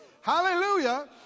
Hallelujah